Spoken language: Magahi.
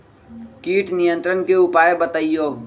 किट नियंत्रण के उपाय बतइयो?